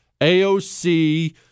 AOC